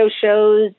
shows